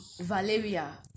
valeria